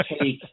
take